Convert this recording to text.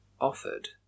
offered